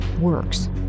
works